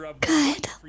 Good